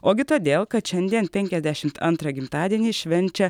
ogi todėl kad šiandien penkiasdešimt antrą gimtadienį švenčia